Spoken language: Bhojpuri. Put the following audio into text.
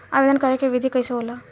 आवेदन करे के विधि कइसे होला?